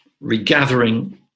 Regathering